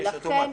העונש אוטומטי.